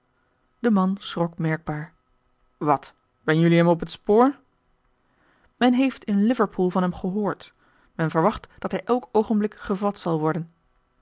de man schrok merkbaar wat ben jullie hem op het spoor men heeft in liverpool van hem gehoord men verwacht dat hij elk oogenblik gevat zal worden